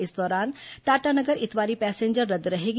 इस दौरान टाटानगर इतवारी पैसेंजर रद्द रहेगी